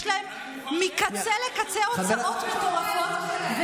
יש להם מקצה לקצה הוצאות מטורפות.